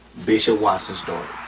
bishop watson's daughter.